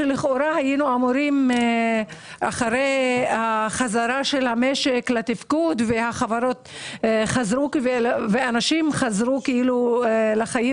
לכאורה היינו אמורים אחרי חזרת המשק לתפקוד שאנשים יחזרו לחיים